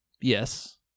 Yes